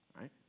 right